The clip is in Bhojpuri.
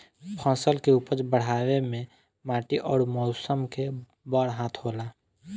फसल के उपज बढ़ावे मे माटी अउर मौसम के बड़ हाथ होला